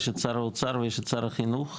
יש את שר האוצר ויש את שר החינוך.